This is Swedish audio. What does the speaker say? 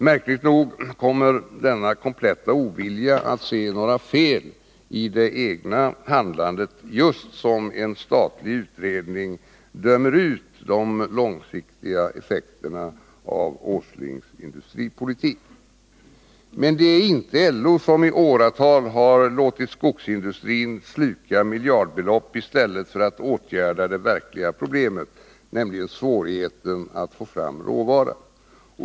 Märkligt nog kommer denna kompletta ovilja att se några fel i det egna handlandet just som en statlig utredning dömer ut de långsiktiga effekterna av herr Åslings industripolitik. Men det är inte LO som i åratal har låtit skogsindustrin sluka miljardbeloppi stället för att åtgärda det verkliga problemet, nämligen svårigheten att få fram råvara.